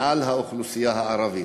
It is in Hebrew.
מעל האוכלוסייה הערבית.